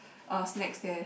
uh snacks there